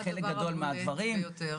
מה הדבר הבולט ביותר?